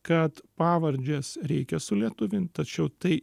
kad pavardes reikia sulietuvint tačiau tai